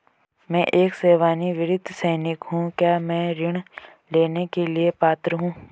मैं एक सेवानिवृत्त सैनिक हूँ क्या मैं ऋण लेने के लिए पात्र हूँ?